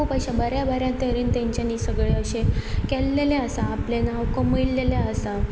खूब अशें बऱ्या बऱ्या तरेन तेंच्यांनी सगळें अशें केल्लेलें आसा आपलें नांव कमयलेलें आसा